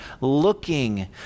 looking